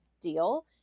deal